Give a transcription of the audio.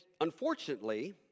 unfortunately